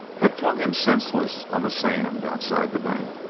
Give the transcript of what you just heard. had flung him senseless on the sand outside the bank.